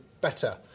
Better